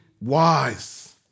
wise